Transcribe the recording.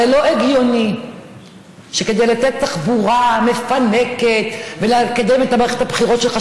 הרי לא הגיוני שכדי לתת תחבורה מפנקת וכדי לנהל את מערכת הבחירות שלך,